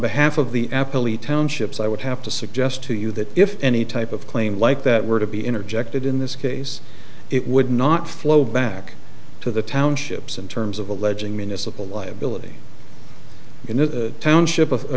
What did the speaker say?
behalf of the apple e townships i would have to suggest to you that if any type of claim like that were to be interjected in this case it would not flow back to the townships in terms of alleging municipal liability in the township